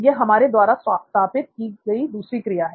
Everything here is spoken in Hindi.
यह हमारे द्वारा स्थापित की गई दूसरी क्रिया है